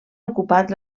ocupat